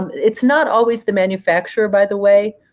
it's not always the manufacturer, by the way,